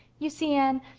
you see, anne,